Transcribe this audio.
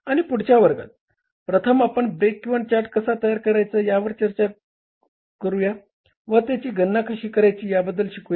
आणि पुढच्या वर्गात प्रथम आपण ब्रेक इव्हन चार्ट कसा तयार करायचा व त्याची गणना कशी करायची याबद्दल शिकूया